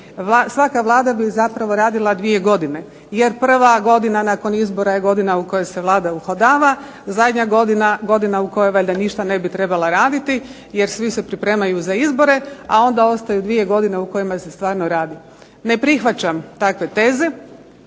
svaka Vlada bi zapravo radila dvije godine jer prva godina nakon izbora je godina u kojoj se Vlada uhodava, zadnja godina-godina u kojoj valjda ništa ne bi trebala raditi jer svi se pripremaju za izbore, a onda ostaju dvije godine u kojima se stvarno radi. Ne prihvaćam takve teze.